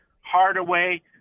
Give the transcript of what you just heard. Hardaway